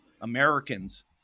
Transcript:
Americans